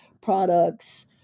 products